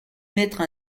m’être